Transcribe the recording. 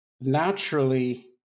naturally